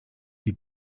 die